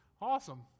Awesome